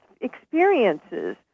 experiences